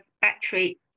battery